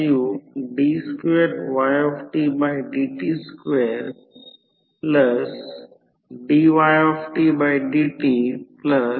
आणि हे करंट मागे पडत असल्याने जर फेजमध्ये आहे असे लिहिले की प्रत्यक्षात I0 Ic j Im होईल